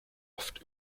oft